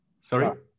Sorry